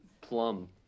Plum